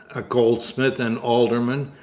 a goldsmith and alderman,